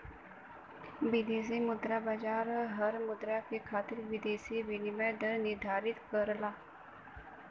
विदेशी मुद्रा बाजार हर मुद्रा के खातिर विदेशी विनिमय दर निर्धारित करला